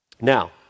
Now